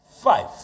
Five